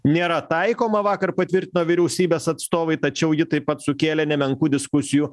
nėra taikoma vakar patvirtino vyriausybės atstovai tačiau ji taip pat sukėlė nemenkų diskusijų